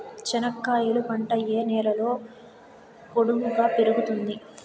చెనక్కాయలు పంట ఏ నేలలో పొడువుగా పెరుగుతుంది?